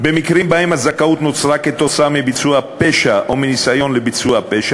במקרים שבהם הזכאות נוצרה כתוצאה מביצוע פשע או מניסיון לביצוע פשע,